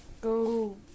go